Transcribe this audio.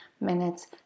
minutes